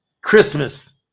Christmas